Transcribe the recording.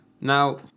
Now